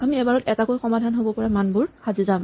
আমি এবাৰত এটাকৈ সমাধান হ'ব পৰা মানবোৰ সাজি যাম